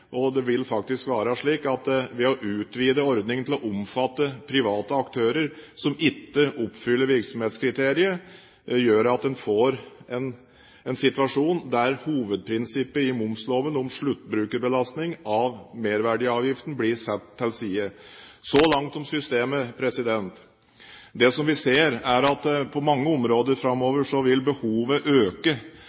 Det vil faktisk være slik at ved å utvide ordningen til å omfatte private aktører som ikke oppfyller virksomhetskriteriet, får man en situasjon der hovedprinsippet i momsloven om sluttbrukerbelastning av merverdiavgiften blir satt til side. Så langt om systemet. Det vi ser, er at på mange områder framover vil behovet øke